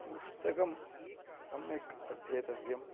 पुस्तकं सम्यक् अध्येतव्यम्